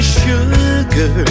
sugar